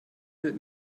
wird